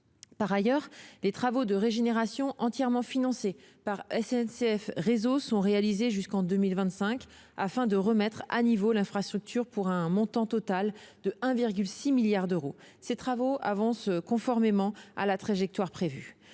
Par ailleurs, des travaux de régénération entièrement financés par SNCF Réseau sont réalisés jusqu'en 2025, afin de remettre à niveau l'infrastructure, pour un montant total de 1,6 milliard d'euros. Ces travaux avancent conformément à la trajectoire prévue.